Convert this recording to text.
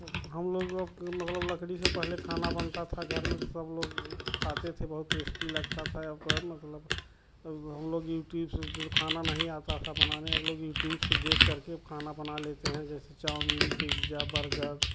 हम लोग अब मतलब लकड़ी से पहले खाना बनता था घर में सब लोग खाते थे बहुत टेस्टी लगता था अब मतलब हम लोग यूटीब से खाना नहीं आता था बनाने अब लोग यूट्यूब से देख करके अब खाना बना लेते हैं जैसे चाउमीन पिज्जा बर्गद